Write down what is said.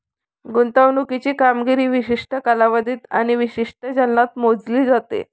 गुंतवणुकीची कामगिरी विशिष्ट कालावधीत आणि विशिष्ट चलनात मोजली जाते